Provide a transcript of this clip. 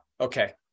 Okay